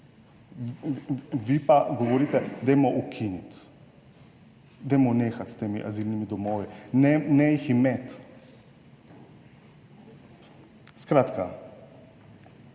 vi pa govorite, dajmo ukiniti, dajmo nehati s temi azilnimi domovi, ne jih imeti. Skratka